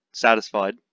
Satisfied